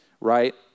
Right